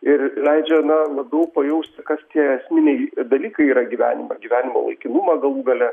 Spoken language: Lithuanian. ir leidžia na labiau pajausti kas tie esminiai dalykai yra gyvenimo gyvenimo laikinumą galų gale